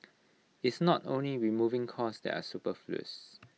it's not only removing costs that are superfluous